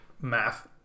math